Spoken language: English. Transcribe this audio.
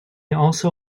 also